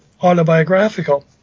autobiographical